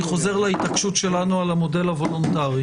אני חוזר להתעקשות שלנו על המודל הוולונטרי.